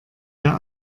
der